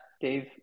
Dave